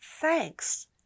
thanks